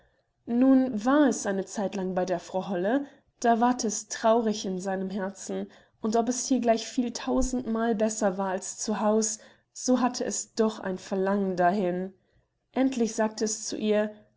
nun war es eine zeitlang bei der frau holle da ward es traurig in seinem herzen und ob es hier gleich viel tausendmal besser war als zu haus so hatte es doch ein verlangen dahin endlich sagte es zu ihr